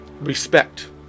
respect